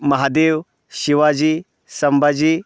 Mahadev Shivaji Sambhaji